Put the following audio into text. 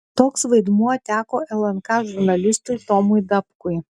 toks vaidmuo teko lnk žurnalistui tomui dapkui